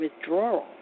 withdrawal